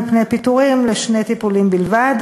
של חברת